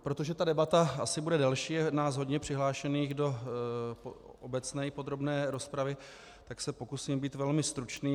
Protože ta debata asi bude delší, je nás hodně přihlášených do obecné i podrobné rozpravy, tak se pokusím být velmi stručný.